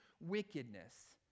wickedness